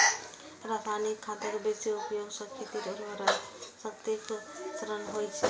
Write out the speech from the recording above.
रासायनिक खादक बेसी उपयोग सं खेतक उर्वरा शक्तिक क्षरण होइ छै